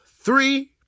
three